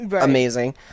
Amazing